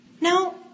Now